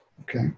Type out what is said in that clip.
Okay